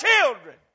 children